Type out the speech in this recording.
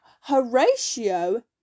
Horatio